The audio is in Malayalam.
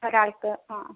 ഒരാൾക്ക് ആ ആ